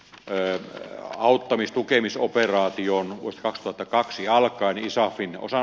eei auttamistukemisoperaation putkahtata kaksijalkainen saatiin osa